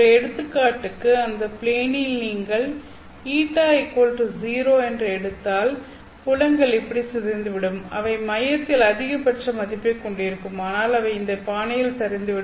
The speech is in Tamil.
ஒரு எடுத்துக்காட்டுக்கு அந்த ப்ளேனில் நீங்கள் η0 என்று எடுத்தால் புலங்கள் இப்படி சிதைந்துவிடும் அவை மையத்தில் அதிகபட்ச மதிப்பைக் கொண்டிருக்கும் ஆனால் அவை இந்த பாணியில் சரிந்துவிடும்